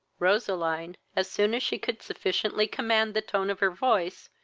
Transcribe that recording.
roseline, as soon as she could sufficiently command the tone of her voice,